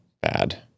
bad